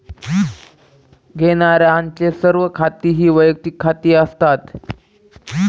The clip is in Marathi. घेण्यारांचे सर्व खाती ही वैयक्तिक खाती असतात